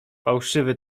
fałszywy